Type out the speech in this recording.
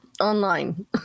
online